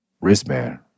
wristband